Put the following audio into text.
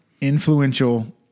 influential